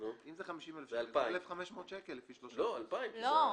זה 1,500 שקל כי זה 3%. אבל